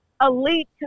elite